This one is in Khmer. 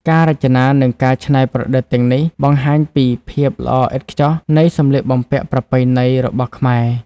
ការរចនានិងការច្នៃប្រឌិតទាំងនេះ បង្ហាញពី ភាពល្អឥតខ្ចោះនៃសម្លៀកបំពាក់ប្រពៃណី របស់ខ្មែរ។